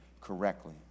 correctly